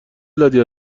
دادیا